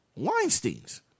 weinsteins